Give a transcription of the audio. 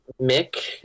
Mick